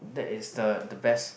that is the the best